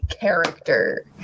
character